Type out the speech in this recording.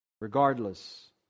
regardless